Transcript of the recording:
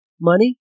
money